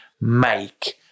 make